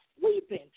sleeping